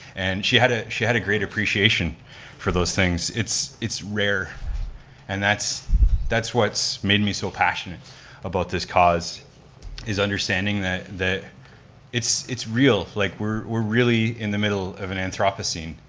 and she had ah she had a great appreciation for those things. it's it's rare and that's that's what's made me so passionate about this cause is understanding that it's it's real, like we're we're really in the middle of an anthropocene.